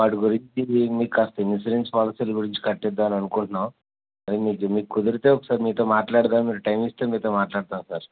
వాటిగురించి మీకు కాస్త ఇన్సూరెన్స్ పాలసీలు గురించి కట్టించుదామని అనుకుంటున్నాము అది మీకు కుదిరితే ఒకసారి మీతో మాట్లాడదామని మీతో టైమ్ ఇస్తే మీతో మాట్లాడతాను సార్